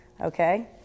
okay